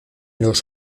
los